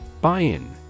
Buy-in